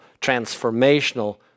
transformational